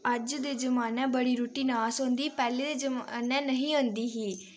अज्ज दे जमान्ने बड़ी रुट्टी नास होंदी पैह्ले दे जमान्ने निही होंदी ही